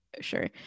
sure